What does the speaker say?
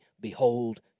behold